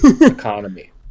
economy